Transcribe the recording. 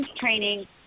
training